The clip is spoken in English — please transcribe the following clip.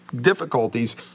difficulties